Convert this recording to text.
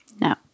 No